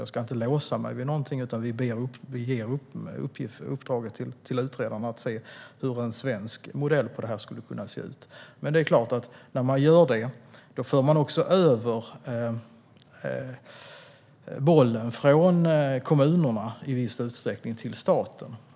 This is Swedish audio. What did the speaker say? Jag ska inte låsa mig vid någonting, utan vi ger uppdraget till utredaren att se på hur en svensk modell skulle kunna se ut. Med detta arbete förs i viss utsträckning bollen över från kommunerna till staten.